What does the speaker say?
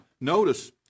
notice